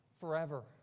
forever